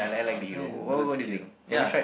but also need good skill ya